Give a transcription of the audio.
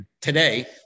today